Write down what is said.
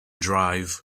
drive